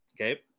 Okay